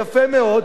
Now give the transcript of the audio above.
יפה מאוד,